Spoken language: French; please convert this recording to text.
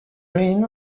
green